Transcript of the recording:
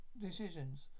decisions